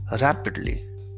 rapidly